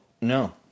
No